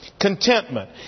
Contentment